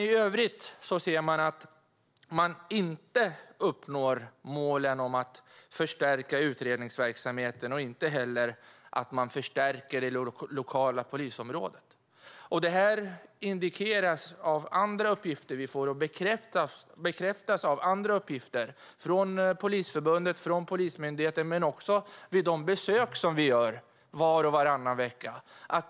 I övrigt uppnår man inte målen om att förstärka utredningsverksamheten. Inte heller uppnås målet att förstärka det lokala polisområdet. Detta indikeras av andra uppgifter vi får och bekräftas av uppgifter från Polisförbundet och Polismyndigheten men också vid de besök som vi gör var och varannan vecka.